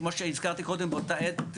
כמו שהזכרתי קודם באותה עת,